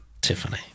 Tiffany